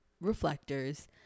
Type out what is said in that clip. reflectors